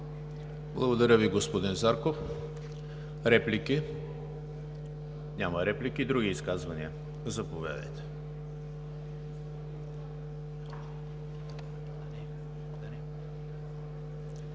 Благодаря Ви, господин Зарков. Реплики? Няма реплики. Други изказвания? Заповядайте.